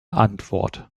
antwort